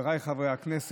חבריי חברי הכנסת,